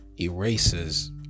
Erases